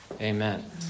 Amen